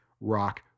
Rock